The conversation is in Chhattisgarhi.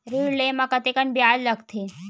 ऋण ले म कतेकन ब्याज लगथे?